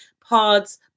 pods